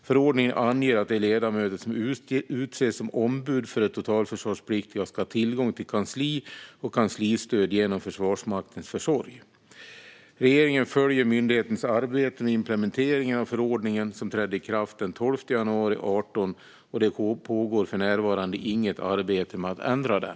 Förordningen anger att de ledamöter som utses som ombud för de totalförsvarspliktiga ska ha tillgång till kansli och kanslistöd genom Försvarsmaktens försorg. Regeringen följer myndighetens arbete med implementeringen av förordningen, som trädde i kraft den 12 januari 2018, och det pågår för närvarande inget arbete med att ändra den.